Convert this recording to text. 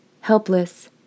helpless